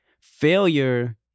Failure